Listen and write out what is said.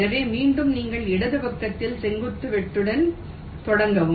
எனவே மீண்டும் நீங்கள் இடது பக்கத்தில் செங்குத்து வெட்டுடன் தொடங்கவும்